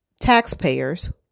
taxpayers